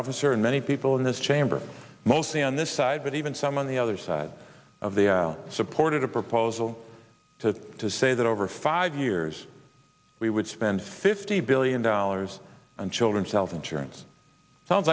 officer and many people in this chamber mostly on this side but even some on the other side of the aisle supported a proposal to say that over five years we would spend fifty billion dollars on children's health insurance sounds